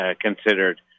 considered